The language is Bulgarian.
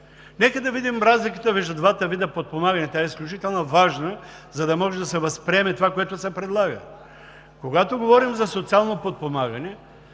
Нека да видим разликата между двата вида подпомагане. Тя е изключително важна, за да може да се възприеме това, което се предлага. Когато говорим за социално подпомагане,